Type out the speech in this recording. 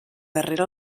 darrere